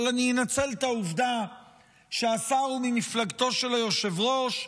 אבל אני אנצל את העובדה שהשר הוא ממפלגתו של היושב-ראש,